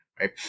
right